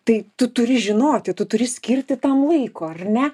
tai tu turi žinoti tu turi skirti tam laiko ar ne